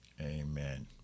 Amen